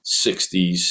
60s